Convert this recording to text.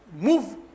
Move